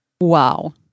Wow